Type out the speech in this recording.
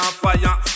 fire